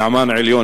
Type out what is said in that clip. נעמן עליון,